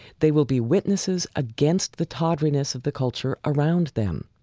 they will be witnesses against the tawdriness of the culture around them.